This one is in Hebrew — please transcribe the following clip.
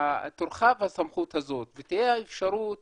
הסמכות הזאת ותהיה האפשרות